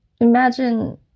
Imagine